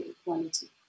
equality